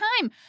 time